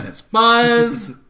Buzz